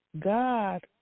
God